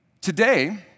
Today